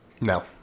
no